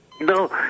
No